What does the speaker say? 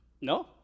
No